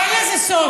יהודה, אין לזה סוף.